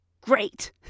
great